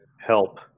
help